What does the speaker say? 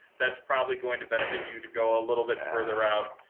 that's probably going to benefit you to go a little bit further out.